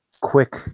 quick